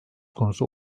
konusu